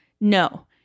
No